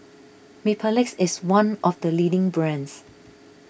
Mepilex is one of the leading brands